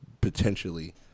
potentially